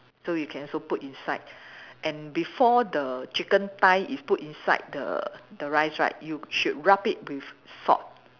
so you can also put inside and before the chicken thigh is put inside the the rice right you should wrap it with salt